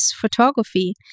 photography